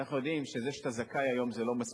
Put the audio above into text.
ואנחנו יודעים שזה שאתה זכאי היום זה לא מספיק,